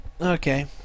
okay